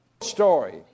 story